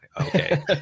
Okay